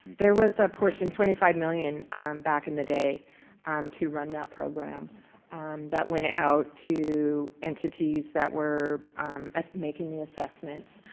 there was apportioned twenty five million back in the day um to run that program that went out to entities that were making the assessment.